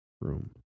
room